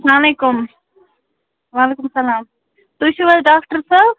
اسلام علیکُم وعلیکُم اسلام تُہۍ چھُو حظ ڈاکٹَر صٲب